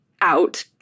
out